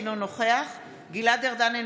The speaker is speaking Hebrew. אינו נוכח גלעד ארדן,